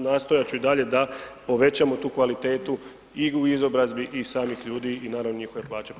nastojat ću i dalje da povećamo tu kvalitetu i u izobrazbi samih ljudi i naravno njihove plaće